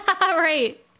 Right